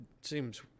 seems